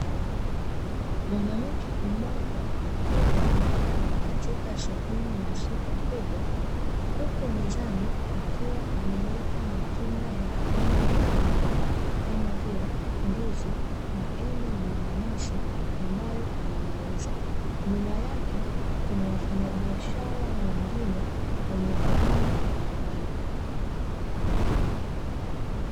Mwanamke mmoja akiwa amekaa katika sehemu ya soko kubwa, huku mezani akiwa ameweka matunda ya aina mbalimbali kama vile ndizi, maembe na mananasi ambayo anayauza. Nyuma yake kuna wafanyabiashara wengine wenye bidhaa mbalimbali.